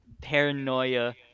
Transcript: paranoia